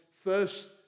first